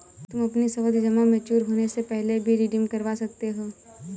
तुम अपनी सावधि जमा मैच्योर होने से पहले भी रिडीम करवा सकते हो